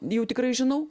jau tikrai žinau